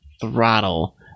throttle